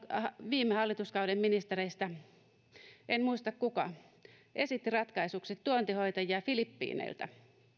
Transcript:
viime hallituskauden ministereistä en muista kuka esitti ratkaisuksi tuontihoitajia filippiineiltä